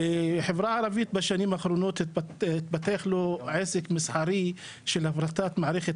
אבל בחברה הערבית בשנים האחרונות התפתח עסק מסחרי של הפרטת מערכת